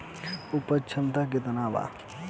उपज क्षमता केतना वा?